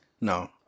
no